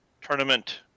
tournament